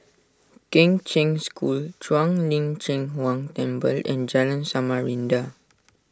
Kheng Cheng School Shuang Lin Cheng Huang Temple and Jalan Samarinda